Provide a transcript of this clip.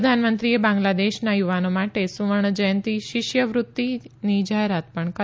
પ્રધાનમંત્રીએ બાંગ્લાદેશના યુવાનો માટે સુવર્ણ જયંતી શિષ્ટવૃત્તિની જાહેરાત કરી